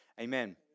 amen